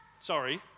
Sorry